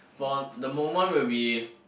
for the moment will be